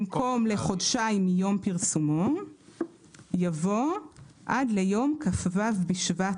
במקום "לחודשיים" מיום פרסומו יבוא "עד ליום כ"ו בשבט